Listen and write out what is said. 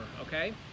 okay